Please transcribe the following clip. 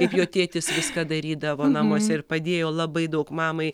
kaip jo tėtis viską darydavo namuose ir padėjo labai daug mamai